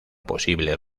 posible